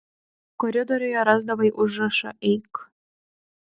koridoriuje rasdavai užrašą eik